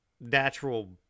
natural